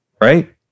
Right